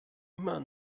immer